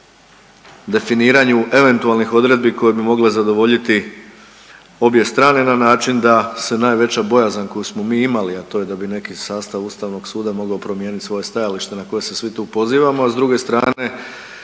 imali a to je da bi neki sastav Ustavnog suda mogao promijeniti svoja stajališta na koja se svi tu pozivamo. A s druge strane,